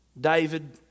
David